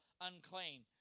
unclean